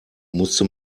musste